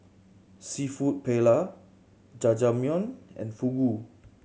Seafood Paella Jajangmyeon and Fugu